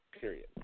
period